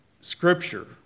Scripture